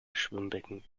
schwimmbecken